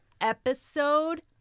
episode